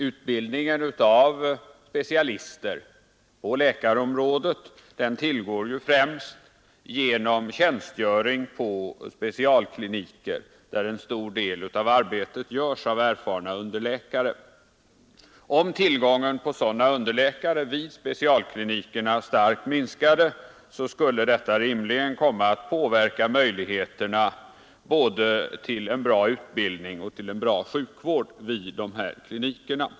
Utbildningen av specialister på läkarområdet sker främst genom tjänstgöring på specialkliniker, där en stor del av arbetet görs av erfarna underläkare. Om tillgången på sådana underläkare vid specialklinikerna starkt minskade, skulle detta rimligen komma att påverka möjligheterna både till en bra utbildning och till en bra sjukvård vid dessa kliniker.